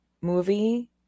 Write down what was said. movie